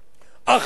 אחרי זאת,